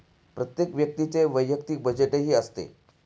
प्रत्येक व्यक्तीचे वैयक्तिक बजेटही असते